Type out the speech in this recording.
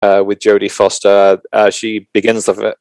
‫עם ג'ודי פוסטה, ‫היא מתחילה את זה.